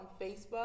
Facebook